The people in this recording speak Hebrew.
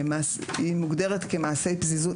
שמוגדרת כמעשה פזיזות.